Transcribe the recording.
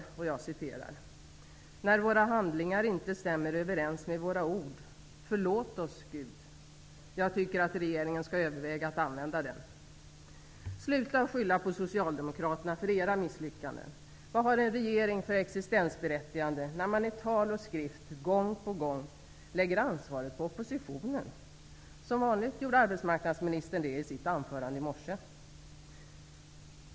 Jag citerar: När våra handlingar inte stämmer överens med våra ord, förlåt oss, Gud. Jag tycker att regeringen skall överväga att använda den. Sluta att skylla på Socialdemokraterna för era misslyckanden! Vad har en regering, som i tal och skrift gång på gång lägger ansvaret på oppositionen, för existensberättigande? Som vanligt gjorde arbetsmarknadsministern det i sitt anförande i morse.